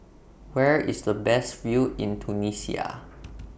Where IS The Best View in Tunisia